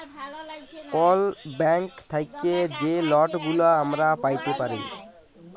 call bank থ্যাইকে যে লটগুলা আমরা প্যাইতে পারি